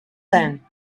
then